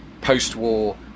post-war